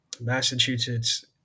Massachusetts